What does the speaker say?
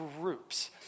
groups